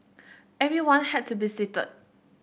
everyone had to be seated